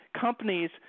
companies